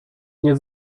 nie